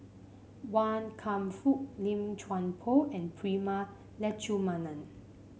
Wan Kam Fook Lim Chuan Poh and Prema Letchumanan